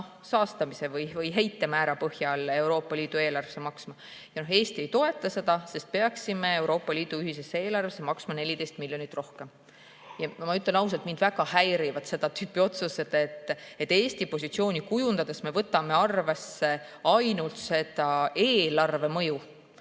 saastamise või heitemäära põhjal Euroopa Liidu eelarvesse maksma. Eesti ei toeta seda, sest me peaksime Euroopa Liidu ühisesse eelarvesse maksma 14 miljonit rohkem. Ma ütlen ausalt, mind väga häirivad seda tüüpi otsused, et Eesti positsiooni kujundades me võtame arvesse ainult seda eelarvemõju.